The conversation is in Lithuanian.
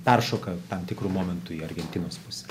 peršoka tam tikru momentu į argentinos pusę